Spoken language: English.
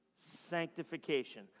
sanctification